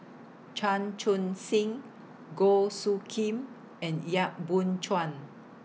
Chan Chun Sing Goh Soo Khim and Yap Boon Chuan